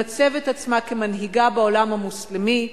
למצב את עצמה כמנהיגה בעולם המוסלמי.